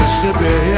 Mississippi